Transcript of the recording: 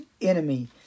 enemy